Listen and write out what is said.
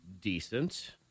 decent